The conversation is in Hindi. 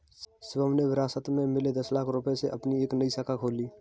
शिवम ने विरासत में मिले दस लाख रूपए से अपनी एक नई शाखा खोली